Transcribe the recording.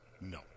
No